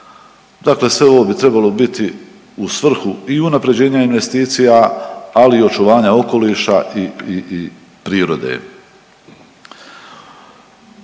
Dakle, sve ovo bi trebalo biti u svrhu i unapređenje investicija, ali i očuvanja okoliša i prirode.